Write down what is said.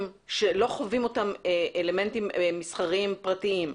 שלא חווים אותם אלמנטים מסחריים פרטיים.